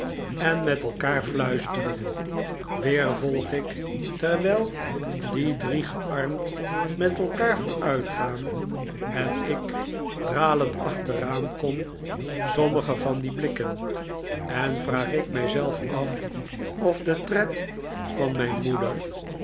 en met elkaar ik krijg les onder toezicht m fluisteren weer volg ik terwijl die drie gearmd met elkaar vooruitgaan en ik dralend achteraan kom sommige van die blikken en vraag ik mij zelf af of de tred van mijn moeder